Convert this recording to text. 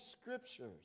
Scriptures